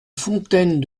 fontaine